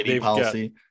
policy